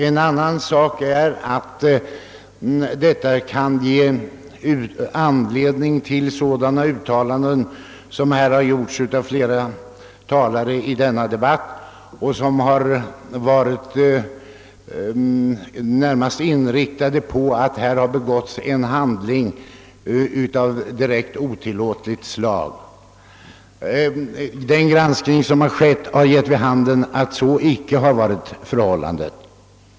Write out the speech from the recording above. En annan sak är att detta kan ge anledning till sådana uttalanden som här gjorts av flera talare i debatten och som närmast gått ut på att det skulle ha begåtts en handling av direkt otillåtet slag. Den granskning som skett har givit vid handen att så icke varit förhållandet.